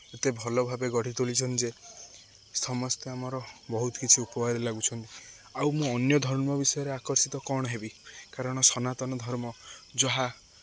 ଏତେ ଭଲ ଭାବେ ଗଢ଼ି ତୋଳିଛନ୍ତି ଯେ ସମସ୍ତେ ଆମର ବହୁତ କିଛି ଉପାୟରେ ଲାଗୁଛନ୍ତି ଆଉ ମୁଁ ଅନ୍ୟ ଧର୍ମ ବିଷୟରେ ଆକର୍ଷିତ କ'ଣ ହେବି କାରଣ ସନାତନ ଧର୍ମ ଯାହା